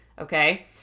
Okay